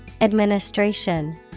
Administration